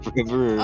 River